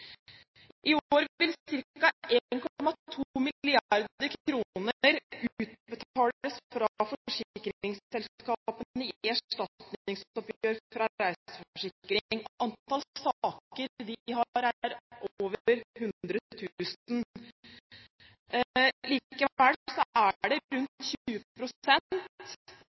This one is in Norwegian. I år vil ca. 1,2 mrd. kr utbetales fra forsikringsselskapene i erstatningsoppgjør fra reiseforsikring. Antall saker de har, er over 100 000. Likevel er det rundt